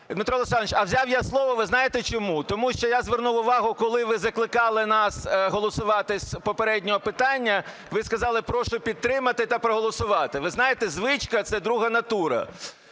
Дмитро Олександрович, а взяв я слово, ви знаєте, чому? Тому що я звернув увагу, коли ви закликали нас голосувати з попереднього питання, ви сказали: "Прошу підтримати та проголосувати". Ви знаєте, звичка – це друга натура.